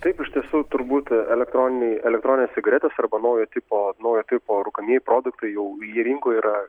taip iš tiesų turbūt elektroniniai elektroninės cigaretės arba naujo tipo naujo tipo rūkamieji produktai jau ji rinkoje yra